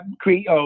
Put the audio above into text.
create